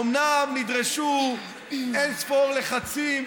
אומנם נדרשו אין-ספור לחצים,